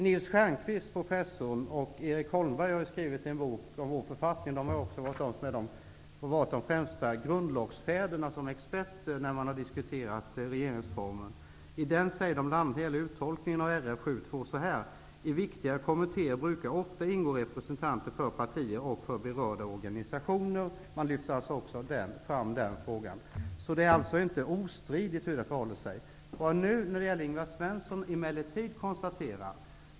Professor Nils Stjernquist och Erik Holmberg har skrivit en bok om vår författning och varit de främsta grundlagsfäderna vid utarbetandet av författningsreformen. I boken säger de beträffande uttolkningen av 7 kap. 2 § RF: I viktigare kommittéer brukar ofta ingå representanter för partier och för berörda organisationer. Också de lyfter alltså fram denna fråga. Det är således inte ostridigt hur det förhåller sig.